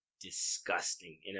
disgusting